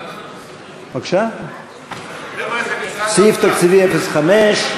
סעיף תקציבי 05,